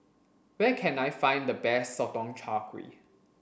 where can I find the best Sotong Char Kway